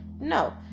no